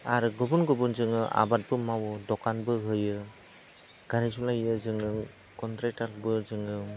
आरो गुबुन गुबुन जोङो आबादखौ मावो दकानबो होयो गारि सालायो जोङो कन्ट्रेक्टारबो जोङो